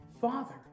Father